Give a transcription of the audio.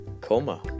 coma